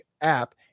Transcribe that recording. app